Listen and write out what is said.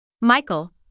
Michael